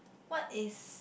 what is